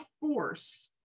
force